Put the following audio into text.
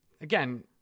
Again